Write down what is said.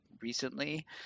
recently